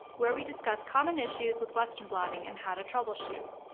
where we discuss common issues with western blotting and how to troubleshoot.